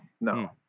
no